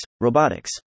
robotics